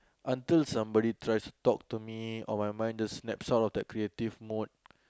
until somebody tries to talk to me or my mind just snaps out of the creative mode